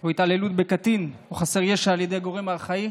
או התעללות בקטין או חסר ישע על ידי הגורם האחראי.